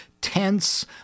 tense